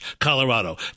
Colorado